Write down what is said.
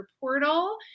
portal